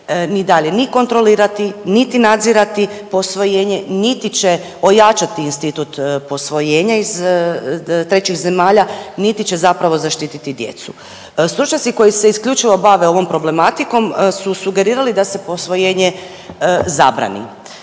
ni dalje ni kontrolirati, niti nadzirati posvojenje niti će ojačati institut posvojenja iz trećih zemalja niti će zapravo zaštititi djecu. Stručnjaci koji se isključivo bave ovom problematikom su sugerirali da se posvojenje zabrani.